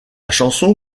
chanson